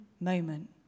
moment